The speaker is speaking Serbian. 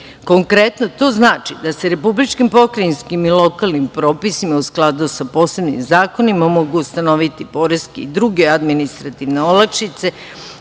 Konkretno, to znači da se republičkim, pokrajinskim i lokalnim propisima, u skladu sa posebnim zakonima, mogu ustanoviti poreske i druge administrativne olakšice